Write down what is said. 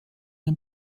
den